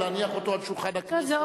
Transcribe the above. ולהניח אותו על שולחן הכנסת,